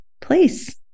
place